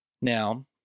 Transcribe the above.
Now